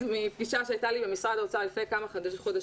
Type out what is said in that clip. בפגישה שהייתה לי במשרד האוצר לפני כמה חודשים,